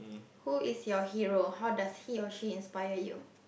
who is your hero how does he or she inspire you